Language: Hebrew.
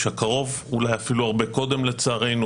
הקרוב ואולי אפילו הרבה קודם לצערנו,